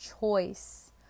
choice